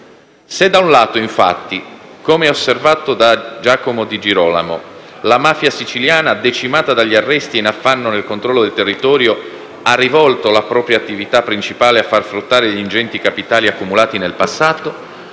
Se da un lato, infatti, come osservato da Giacomo Di Girolamo, la mafia siciliana, decimata dagli arresti e in affanno nel controllo del territorio, ha rivolto la propria attività principale a far fruttare gli ingenti capitali accumulati nel passato,